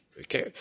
Okay